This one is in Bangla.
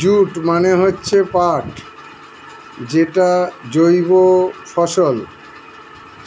জুট মানে হচ্ছে পাট যেটা জৈব ফসল,